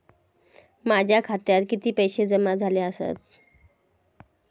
माझ्या खात्यात किती पैसे जमा झाले आसत?